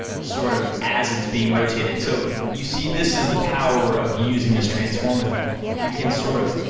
sort of as it's being rotated, so you see this is the power of using this transform effect, you can sort of,